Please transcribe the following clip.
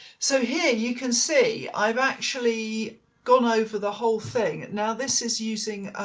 so here you can see i've actually gone over the whole thing, now this is using